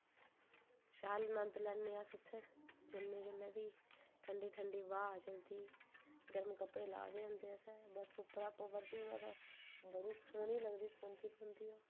शैल नंद लैने अस उत्थैं जने जिसलै बी ठंडी ठंडी हवा चलदी गर्म कपड़े लाए दे होंदे असैं बर्फ उपरा दा पोआ दी होए ते बड़ी सोह्नी लगदी पौंदी पौंदी ओह्